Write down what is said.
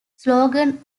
slogan